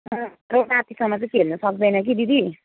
रातिसम्म चाहिँ खेल्नु सक्दैन कि दिदी